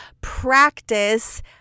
practice